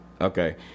Okay